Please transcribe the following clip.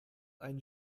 ein